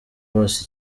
bose